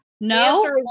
no